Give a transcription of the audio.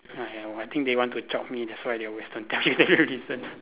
ah ya I think they want to chope me that's why they always don't tell me the reason